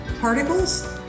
particles